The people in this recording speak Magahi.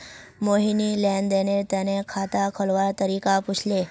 मोहिनी लेन देनेर तने खाता खोलवार तरीका पूछले